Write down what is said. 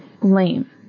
Lame